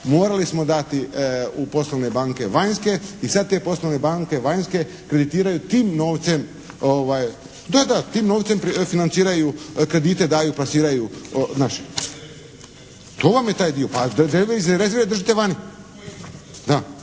morali smo dati u poslovne banke vanjske i sad te poslovne banke vanjske kreditiraju tim novcem. Da, da, tim novcem financiraju, kredite daju, plasiraju naše. To vam je taj dio. …/Upadica se ne čuje./… Pa devizije